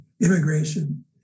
immigration